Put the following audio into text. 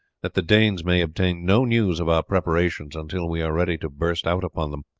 that the danes may obtain no news of our preparations until we are ready to burst out upon them.